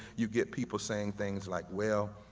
you get people saying things like, well,